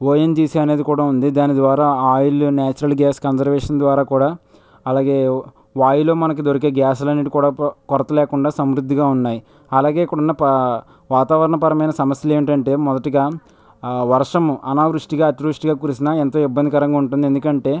ONGC అనేది కూడా ఉంది దాని ద్వారా ఆయిల్ నేచురల్ గ్యాస్ కన్జర్వేషన్ ద్వారా కూడా అలాగే వాయువులు మనకు దొరికే గ్యాస్లు అన్నింటినీ కూడా కొరత లేకుండా సమృద్ధిగా ఉన్నాయి అలాగే ఇక్కడ ఉన్న పా వాతావరణపరమైన సమస్యలు ఏమిటి అంటే మొదటిగా వర్షం అనావృష్టిగా అతివృష్టిగా కురిసినా ఎంతో ఇబ్బందికరంగా ఉంటుంది ఎందుకంటే